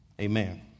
Amen